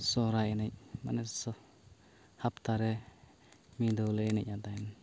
ᱥᱚᱦᱚᱨᱟᱭ ᱮᱱᱮᱡ ᱢᱟᱱᱮ ᱦᱟᱯᱛᱟᱨᱮ ᱢᱤᱫ ᱫᱷᱟᱹᱣᱞᱮ ᱮᱱᱮᱡ ᱠᱟᱱ ᱛᱟᱦᱮᱱ